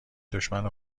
دشمن